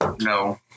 No